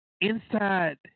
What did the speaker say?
inside